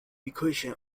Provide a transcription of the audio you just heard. equation